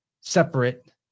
separate